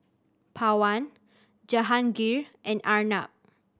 Pawan Jehangirr and Arnab